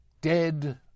dead